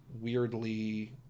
weirdly